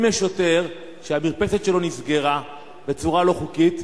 אם יש שוטר שהמרפסת שלו נסגרה בצורה לא חוקית,